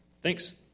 Thanks